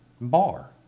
bar